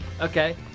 Okay